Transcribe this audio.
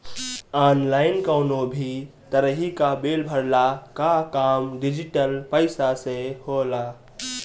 online कवनो भी तरही कअ बिल भरला कअ काम डिजिटल पईसा से होला